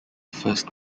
first